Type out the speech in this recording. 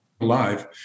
alive